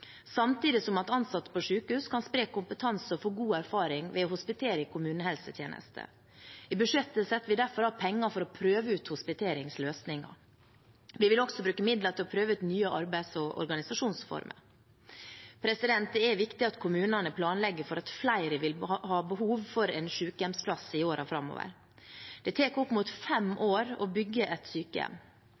samtidig som ansatte på sykehus kan spre kompetanse og få god erfaring ved å hospitere i kommunehelsetjenesten. I budsjettet setter vi derfor av penger for å prøve ut hospiteringsløsninger. Vi vil også bruke midler til å prøve ut nye arbeids- og organisasjonsformer. Det er viktig at kommunene planlegger for at flere vil ha behov for en sykehjemsplass i årene framover. Det tar opp mot fem år å bygge et sykehjem.